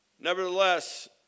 Nevertheless